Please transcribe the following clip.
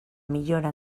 millora